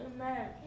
Amen